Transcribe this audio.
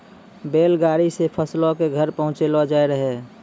बैल गाड़ी से फसलो के घर पहुँचैलो जाय रहै